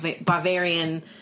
Bavarian